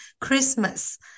Christmas